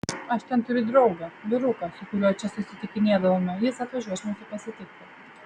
aš ten turiu draugą vyruką su kuriuo čia susitikinėdavome jis atvažiuos mūsų pasitikti